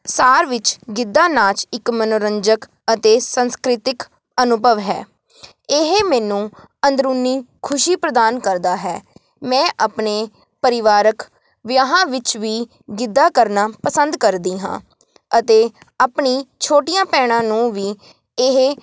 ਸਾਰ ਵਿੱਚ ਗਿੱਧਾ ਨਾਚ ਇੱਕ ਮਨੋਰੰਜਕ ਅਤੇ ਸੰਸਕ੍ਰਿਤਿਕ ਅਨੁਭਵ ਹੈ ਇਹ ਮੈਨੂੰ ਅੰਦਰੂਨੀ ਖੁਸ਼ੀ ਪ੍ਰਦਾਨ ਕਰਦਾ ਹੈ ਮੈਂ ਆਪਣੇ ਪਰਿਵਾਰਕ ਵਿਆਹਾਂ ਵਿੱਚ ਵੀ ਗਿੱਧਾ ਕਰਨਾ ਪਸੰਦ ਕਰਦੀ ਹਾਂ ਅਤੇ ਆਪਣੀ ਛੋਟੀਆਂ ਭੈਣਾ ਨੂੰ ਵੀ ਇਹ